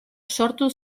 sortu